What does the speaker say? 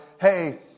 Hey